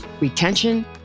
retention